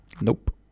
Nope